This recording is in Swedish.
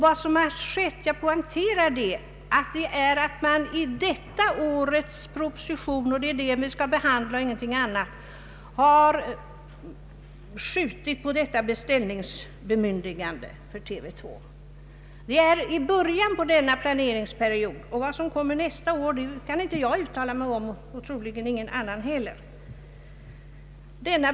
Vad som skett är att man i årets proposition — och det är den vi skall behandla, ingenting annat — har skjutit på beställningsbemyndigandet för TV 2, Vi är i början av planerings perioden, och vad som kommer nästa år kan jag inte uttala mig om och troligen ingen annan heller.